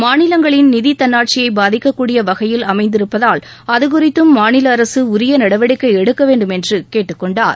மாநிலங்களின் நிதி தன்னாட்சியை பாதிக்கக் கூடிய வகையில் அமைந்திருப்பதால் அது குறித்தும் மாநில அரசு உரிய நடவடிக்கை எடுக்க வேண்டும் என்று கேட்டுக் கொண்டார்